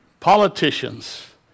Politicians